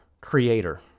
creator